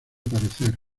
parecer